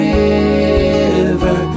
river